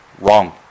wrong